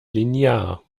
linear